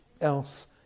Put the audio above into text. else